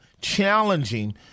challenging